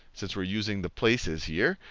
since we're using the places here,